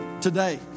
today